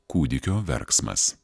kūdikio verksmas